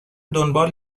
دنبال